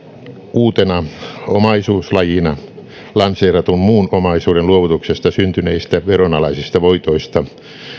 uutena omaisuuslajina lanseeratun muun omaisuuden luovutuksesta syntyneistä veronalaisista voitoista